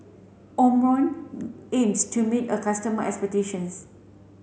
Omron aims to meet a customer expectations